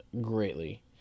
greatly